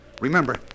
Remember